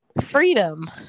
Freedom